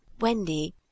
Wendy